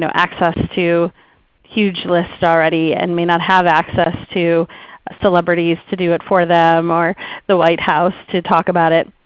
so access to huge lists already or and may not have access to celebrities to do it for them or the white house to talk about it.